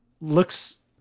looks